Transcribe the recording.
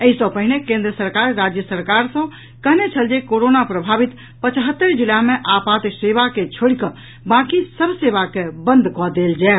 एहि सँ पहिने केंद्र सरकार राज्य सरकार सँ कहने छल जे कोरोना प्रभावित पचहत्तरि जिला मे आपात सेवा को छोड़िकऽ बाकी सभ सेवा के बंद कऽ देल जाय